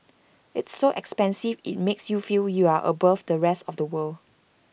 it's so expensive IT makes you feel you're above the rest of people